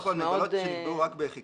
מדובר פה על מגבלות שנקבעו רק בחיקוק,